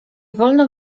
wolno